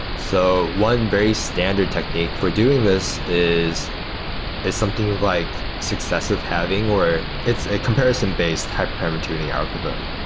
so one very standard technique for doing this is is something like success of having where it's a comparison-based hyperparameter tuning algorithm.